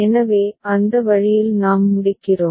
எனவே அந்த வழியில் நாம் முடிக்கிறோம்